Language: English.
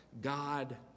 God